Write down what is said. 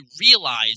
realize